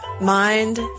mind